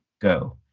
go